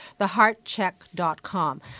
theheartcheck.com